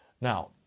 Now